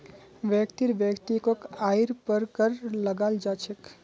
व्यक्तिर वैयक्तिक आइर पर कर लगाल जा छेक